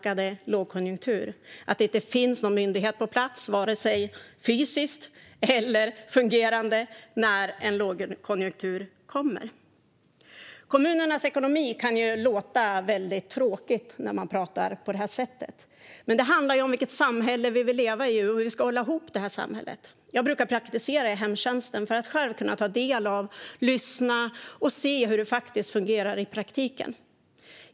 Att det inte finns någon myndighet på plats vare sig fysiskt eller fungerande får också konsekvenser i en annalkande lågkonjunktur. Kommunernas ekonomi kan låta väldigt tråkigt när man pratar på det här sättet. Men det handlar ju om vilket samhälle vi vill leva i och hur vi ska hålla ihop det här samhället. Jag brukar praktisera i hemtjänsten för att själv kunna ta del av, lyssna på och se hur det faktiskt fungerar i praktiken.